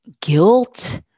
guilt